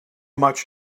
much